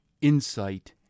insight